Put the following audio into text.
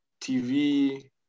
TV